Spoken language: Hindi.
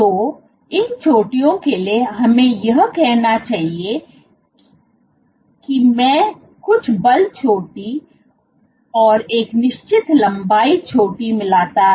तो इन चोटियों के लिए हमें यह कहना है कि मैं कुछ बल चोटी और एक निश्चित लंबाई चोटी मिलता है